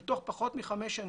בעוד פחות מחמש שנים.